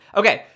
okay